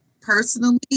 personally